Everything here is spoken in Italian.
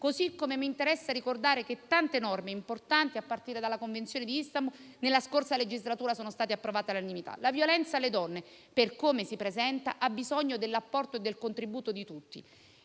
così come mi interessa ricordare che tante norme importanti, a partire dalla Convenzione di Istanbul nella scorsa legislatura, sono state approvate all'unanimità. La violenza sulle donne, per come si presenta, ha bisogno dell'apporto e del contributo di tutti.